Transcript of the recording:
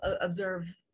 observe